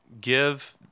give